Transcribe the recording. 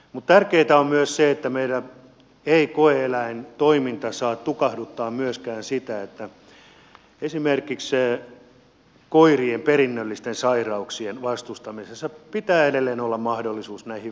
tärkeätä on myös se että ei koe eläintoiminta saa tukahduttaa myöskään sitä että esimerkiksi koirien perinnöllisten sairauksien vastustamisessa pitää edelleen olla mahdollisuus näihin verikokeisiin